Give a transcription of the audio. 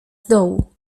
dołu